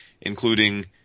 including